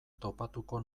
topatuko